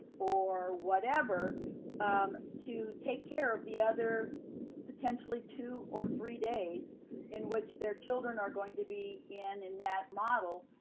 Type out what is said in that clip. or whatever to take care of the other potentially two or three days in which their children are going to be in in that model,